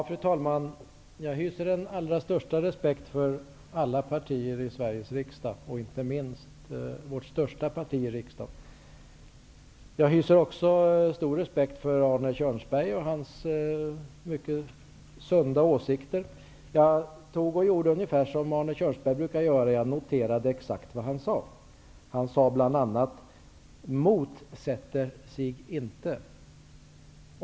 Fru talman! Jag hyser den allra största respekt för alla partier i Sveriges riksdag, inte minst för det största partiet i riksdagen. Jag hyser också stor respekt för Arne Kjörnsberg och hans mycket sunda åsikter. Jag har gjort ungefär som Arne Kjörnsberg brukar göra, nämligen noterat exakt vad han sade. Han använde bl.a. orden ''motsätter sig inte''.